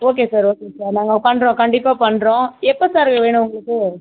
okay sir okay sir நாங்கள் பண்ணுறோம் கண்டிப்பாக பண்ணுறோம் எப்போ சார் வேணும் உங்களுக்கு